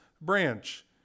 branch